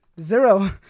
Zero